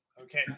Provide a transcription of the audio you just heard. Okay